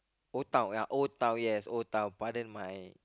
Old Town ya Old Town yes Old Town pardon my